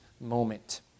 moment